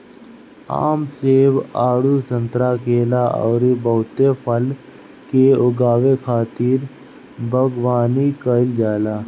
आम, सेब, आडू, संतरा, केला अउरी बहुते फल के उगावे खातिर बगवानी कईल जाला